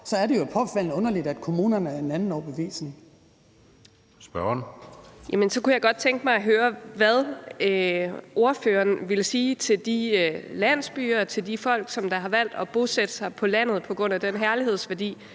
Anden næstformand (Jeppe Søe): Spørgeren. Kl. 17:33 Anne Paulin (S): Men så kunne jeg godt tænke mig at høre, hvad ordføreren ville sige til de landsbyer og til de folk, som har valgt at bosætte sig på landet på grund af den herlighedsværdi,